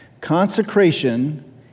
Consecration